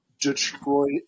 Detroit